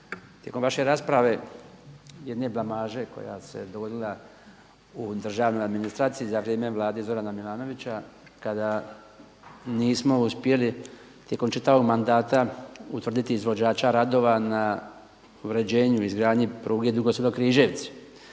tijekom vaše rasprave jedne blamaže koja se dogodila u državnoj administraciji za vrijeme vlade Zorana Milanovića, kada nismo uspjeli tijekom čitavog mandata utvrditi izvođača radova na uređenju izgradnje pruge Dugo Selo-Križevci.